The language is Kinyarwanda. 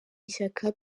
ishyaka